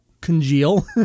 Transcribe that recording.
congeal